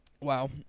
Wow